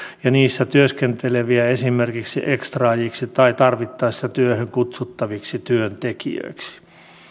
ja niissä työskenteleviä esimerkiksi ekstraajiksi tai tarvittaessa työhön kutsuttaviksi työntekijöiksi